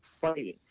fighting